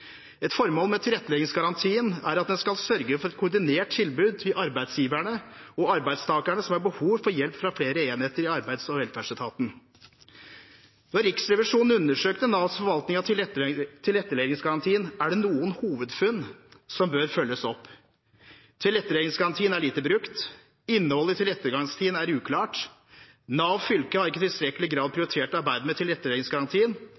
Et formål med tilretteleggingsgarantien er at den skal sørge for et koordinert tilbud til arbeidsgiverne og arbeidstakerne som har behov for hjelp fra flere enheter i arbeids- og velferdsetaten. Da Riksrevisjonen undersøkte Navs forvaltning av tilretteleggingsgarantien, er det noen hovedfunn som bør følges opp. Tilretteleggingsgarantien er lite brukt, innholdet i tilretteleggingsgarantien er uklart, og Nav Fylke har ikke i tilstrekkelig grad